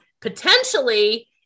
potentially